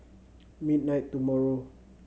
midnight tomorrow